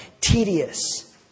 tedious